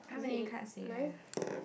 is it mine